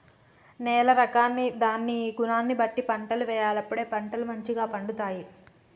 నేల రకాన్ని దాని గుణాన్ని బట్టి పంటలు వేయాలి అప్పుడే పంటలు మంచిగ పండుతాయి